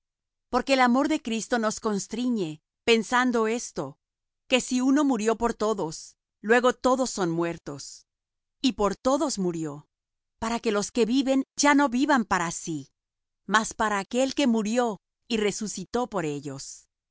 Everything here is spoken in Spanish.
porque el amor de cristo nos constriñe pensando esto que si uno murió por todos luego todos son muertos y por todos murió para que los que viven ya no vivan para sí mas para aquel que murió y resucitó por ellos